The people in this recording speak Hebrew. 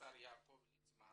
יעקב ליצמן